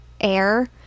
air